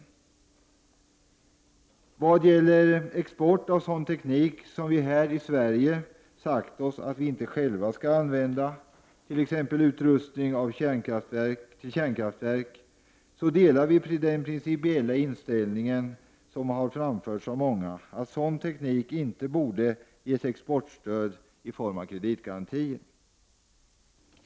När det gäller export av sådan teknik som vi här i Sverige sagt oss att vi inte själva skall använda, t.ex. utrustning till kärnkraftverk, delar vi den principiella inställningen som har framförts av många, nämligen att sådan teknik inte borde ges exportstöd i form av kreditgarantier.